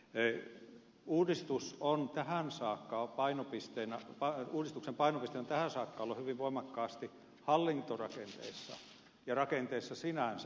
eyn uudistus on tähän saakka painopisteenä vaan uudistuksen painopiste on tähän saakka ollut hyvin voimakkaasti hallintorakenteissa ja rakenteissa sinänsä